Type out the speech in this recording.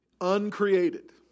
uncreated